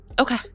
Okay